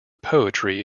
poetry